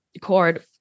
cord